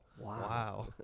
Wow